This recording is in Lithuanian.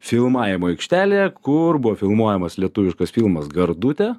filmavimo aikštelėje kur buvo filmuojamas lietuviškas filmas gardutė